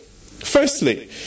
Firstly